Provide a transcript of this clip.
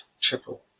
triple